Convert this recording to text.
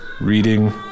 reading